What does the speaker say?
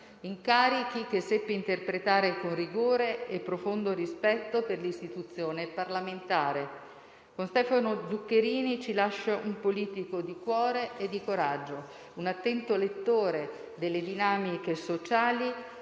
incarichi che seppe interpretare con rigore e profondo rispetto per l'Istituzione parlamentare. Con Stefano Zuccherini ci lascia un politico di cuore e di coraggio, un attento lettore delle dinamiche sociali